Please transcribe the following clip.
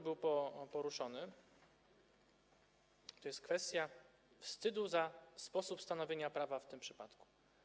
był poruszany, to jest kwestia wstydu za sposób stanowienia prawa w tym przypadku.